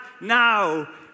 now